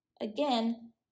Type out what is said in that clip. again